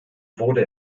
wurde